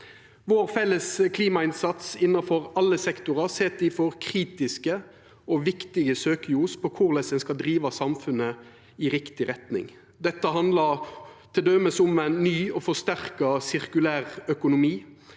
Vår felles klimainnsats innanfor alle sektorar set difor kritiske og viktige søkjeljos på korleis ein skal driva samfunnet i riktig retning. Dette handlar t.d. om ein ny og forsterka sirkulær økonomi.